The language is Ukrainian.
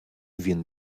він